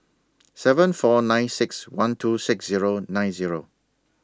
seven four nine six one two six Zero nine Zero